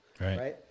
right